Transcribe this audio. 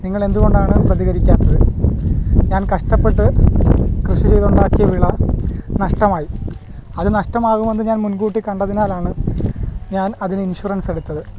നിങ്ങൾ എന്തുകൊണ്ടാണ് പ്രതികരിക്കാത്തത് ഞാൻ കഷ്ടപ്പെട്ട് കൃഷി ചെയ്ത് ഉണ്ടാക്കിയ വിള നഷ്ടമായി അത് നഷ്ടമാകുമെന്ന് ഞാൻ മുൻകൂട്ടി കണ്ടതിനാലാണ് ഞാൻ അതിന് ഇൻഷുറൻസ് എടുത്തത്